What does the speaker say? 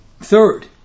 Third